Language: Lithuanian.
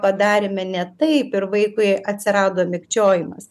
padarėme ne taip ir vaikui atsirado mikčiojimas